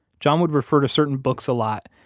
john would refer to certain books a lot,